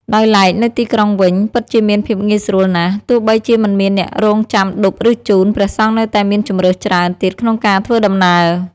ដោយឡែកនៅទីក្រុងវិញ ពិតជាមានភាពងាយស្រួលណាស់ ទោះបីជាមិនមានអ្នករង់ចាំឌុប ឬ ជូន ព្រះសង្ឃនៅតែមានជម្រើសច្រើនទៀតក្នុងការធ្វើដំណើរ។